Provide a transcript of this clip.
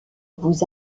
vous